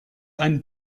ein